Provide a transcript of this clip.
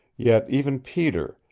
yet even peter,